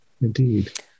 Indeed